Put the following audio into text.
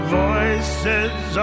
voices